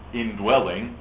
indwelling